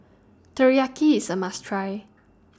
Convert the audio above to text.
Teriyaki IS A must Try